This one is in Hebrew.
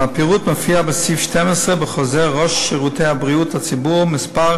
והפירוט מופיע בסעיף 12 בחוזר ראש שירותי הבריאות לציבור מס'